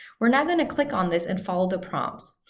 we're now going to click on this and follow the prompts.